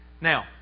Now